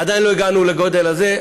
עדיין לא הגענו לגודל הזה.